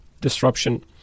disruption